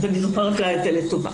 אני זוכרת לה את זה לטובה.